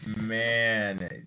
Man